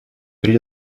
при